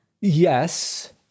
Yes